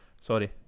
Sorry